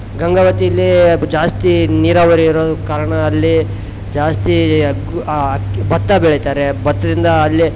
ಗಂಗಾವತಿಯಲ್ಲಿ ಜಾಸ್ತಿ ನೀರಾವರಿ ಇರೋ ಕಾರಣ ಅಲ್ಲಿ ಜಾಸ್ತಿ ಅಗ್ ಆ ಅಕ್ಕಿ ಭತ್ತ ಬೆಳಿತಾರೆ ಭತ್ತದಿಂದ ಅಲ್ಲಿ